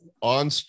on